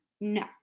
No